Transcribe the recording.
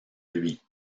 lui